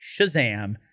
Shazam